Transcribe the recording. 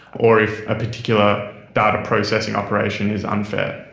or if a particular data processing operation is unfair.